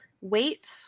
wait